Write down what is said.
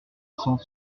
cent